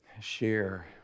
share